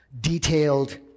detailed